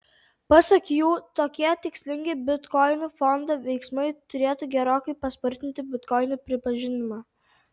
pasak jų tokie tikslingi bitkoinų fondo veiksmai turėtų gerokai paspartinti bitkoinų pripažinimą